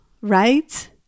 right